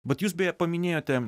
vat jūs beje paminėjote